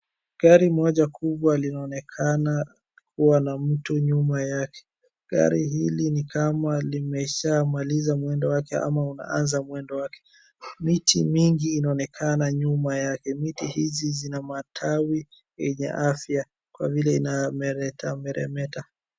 Gari moja kubwa linaonekana kuwa na mtu nyuma yake. Gari hili ni kama limshamaliza mwendo wake ama unaanza mwendo wake. Miti mingi inaonekana nyuma yake. Miti hizi zina matawi yenye afya kwa vile inamereta meremeta.